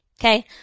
Okay